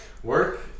work